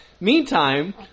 Meantime